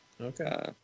Okay